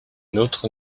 nôtre